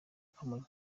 kamonyi